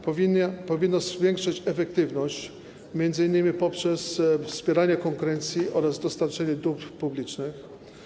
Powinno zwiększyć efektywność, m.in. poprzez wspieranie konkurencji oraz dostarczenie dóbr publicznych.